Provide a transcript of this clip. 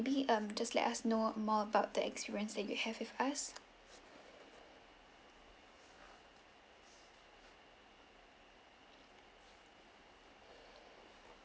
~be um just let us know more about the experience you have with us